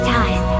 time